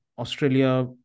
Australia